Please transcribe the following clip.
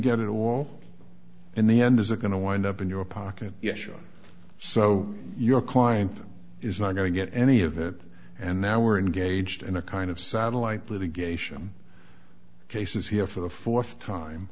get it all in the end is it going to wind up in your pocket yes so your client is not going to get any of it and now we're engaged in a kind of satellite litigation cases here for the fourth